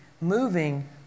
moving